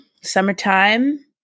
summertime